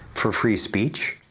for free speech?